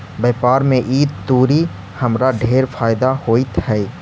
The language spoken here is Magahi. व्यापार में ई तुरी हमरा ढेर फयदा होइत हई